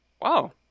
Wow